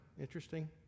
interesting